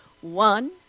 One